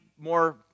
more